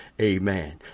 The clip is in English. Amen